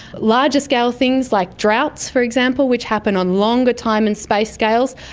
larger-scale things like droughts, for example, which happen on longer time and space scales,